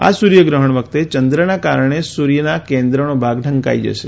આ સૂર્યગ્રહણ વખતે ચંદ્રના કારણે સૂર્યના કેન્દ્રનો ભાગ ઢંકાઈ જશે